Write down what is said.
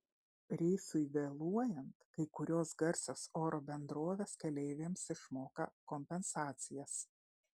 reisui vėluojant kai kurios garsios oro bendrovės keleiviams išmoka kompensacijas